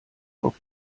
auf